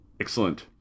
Excellent